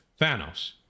Thanos